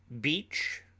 Beach